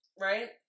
Right